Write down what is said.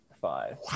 five